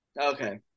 Okay